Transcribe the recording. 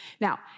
Now